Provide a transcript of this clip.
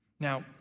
Now